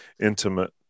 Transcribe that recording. intimate